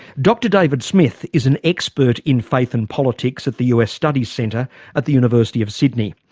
dr david smith is an expert in faith and politics at the us study centre at the university of sydney.